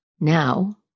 now